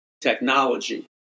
technology